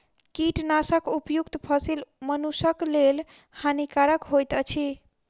कीटनाशक प्रयुक्त फसील मनुषक लेल हानिकारक होइत अछि